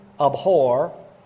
abhor